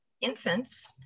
infants